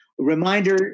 Reminder